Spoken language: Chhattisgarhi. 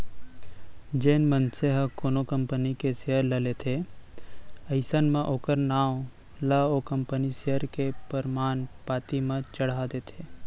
जेन मनसे ह कोनो कंपनी के सेयर ल लेथे अइसन म ओखर नांव ला ओ कंपनी सेयर के परमान पाती म चड़हा देथे